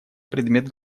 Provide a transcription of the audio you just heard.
предмет